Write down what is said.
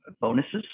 bonuses